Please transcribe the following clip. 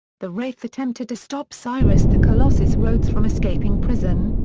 the wraith attempted to stop cyrus the colossus rhodes from escaping prison,